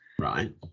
Right